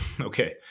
Okay